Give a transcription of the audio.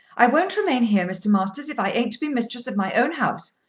i won't remain here, mr. masters, if i ain't to be mistress of my own house.